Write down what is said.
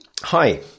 Hi